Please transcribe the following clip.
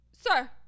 Sir